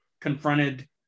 confronted